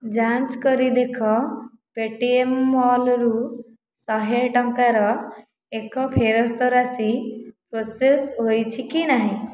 ଯାଞ୍ଚ କରି ଦେଖ ପେଟିଏମ୍ ମଲ୍ରୁ ଶହେ ଟଙ୍କାର ଏକ ଫେରସ୍ତ ରାଶି ପ୍ରୋସେସ୍ ହୋଇଛି କି ନାହିଁ